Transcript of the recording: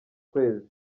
kwezi